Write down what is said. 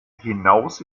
hinaus